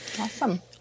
Awesome